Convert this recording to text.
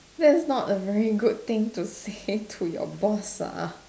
that's not a very good thing to say to your boss lah